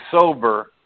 sober